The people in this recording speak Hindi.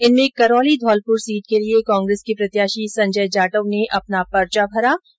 इनमें करौली धौलपुर सीट के लिये कांग्रेस के प्रत्याशी संजय जाटव ने अपना पर्चा दाखिल किया